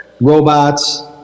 robots